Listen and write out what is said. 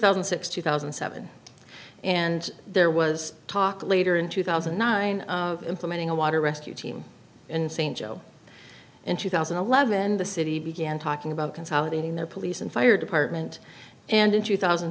thousand sixty thousand and seven and there was talk later in two thousand and nine implementing a water rescue team in st joe in two thousand and eleven and the city began talking about consolidating their police and fire department and in two thousand